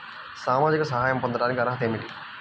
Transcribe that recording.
సామాజిక సహాయం పొందటానికి అర్హత ఏమిటి?